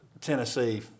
Tennessee